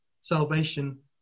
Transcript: Salvation